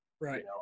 Right